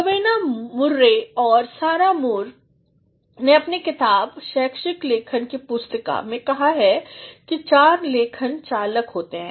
Rowena Murray और Sarah Moore ने अपनी किताबशैक्षिक लेखन की पुस्तिकामें कहा कि चार लेखन चालक होते हैं